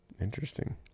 Interesting